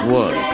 one